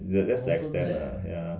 that that the extent ah ya